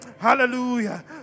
Hallelujah